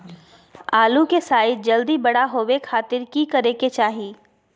आलू के साइज जल्दी बड़ा होबे खातिर की करे के चाही?